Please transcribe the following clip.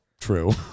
True